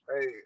Hey